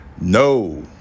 No